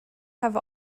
have